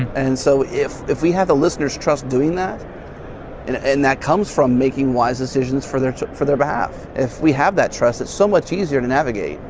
and so, if if we have the listeners' trust doing that and and that comes from making wise decisions for their for their behalf. if we have that trust it's so much easier to navigate.